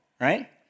right